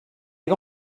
you